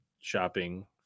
shopping